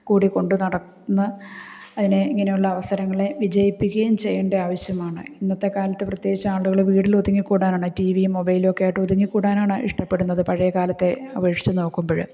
കൂടിക്കൊണ്ടു നടന്ന് അതിനെ ഇങ്ങനെയുള്ള അവസരങ്ങളെ വിജയിപ്പിക്കുകയും ചെയ്യേണ്ടത് ആവിശ്യമാണ് ഇന്നത്തെ കാലത്ത് പ്രത്യേകിച്ച് ആളുകൾ വീടിലൊതുങ്ങി കൂടാനാണ് ടിവിയും മൊബൈലും ഒക്കെയായിട്ടു ഒതുങ്ങി കൂടാനാണിഷ്ടപ്പെടുന്നത് പഴയ കാലത്തെ അപേക്ഷിച്ച് നോക്കുമ്പോൾ